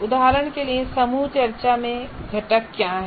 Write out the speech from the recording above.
उदाहरण के लिए समूह चर्चा में घटक क्या हैं